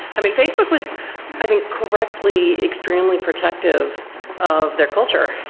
i mean, facebook was i think correctly extremely protective of their culture,